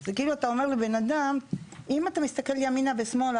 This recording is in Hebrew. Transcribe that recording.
זה כאילו אתה אומר לבן אדם: אם אתה מסתכל ימינה ושמאלה,